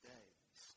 Days